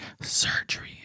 surgery